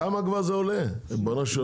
כמה כבר זה עולה, ריבונו של עולם?